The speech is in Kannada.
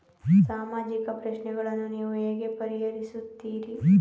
ಸಾಮಾಜಿಕ ಪ್ರಶ್ನೆಗಳನ್ನು ನೀವು ಹೇಗೆ ಪರಿಹರಿಸುತ್ತೀರಿ?